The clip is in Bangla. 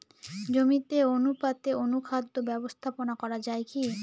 জমিতে অনুপাতে অনুখাদ্য ব্যবস্থাপনা করা য়ায় কি?